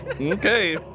Okay